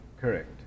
Correct